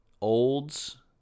Olds